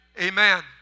Amen